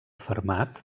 fermat